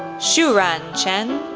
xuran chen,